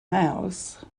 house